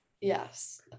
Yes